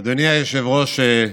אדוני היושב-ראש,